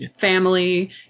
family